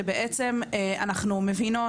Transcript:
שבעצם אנחנו מבינים,